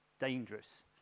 dangerous